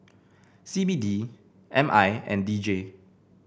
C B D M I and D J